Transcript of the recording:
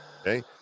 Okay